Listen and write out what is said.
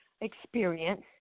experience